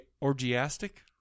orgiastic